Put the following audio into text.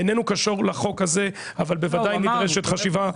איננו קשור לחוק הזה אבל בוודאי נדרשת חשיבה,